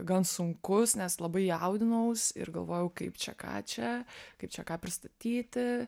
gan sunkus nes labai jaudinaus ir galvojau kaip čia ką čia kaip čia ką pristatyti